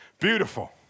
beautiful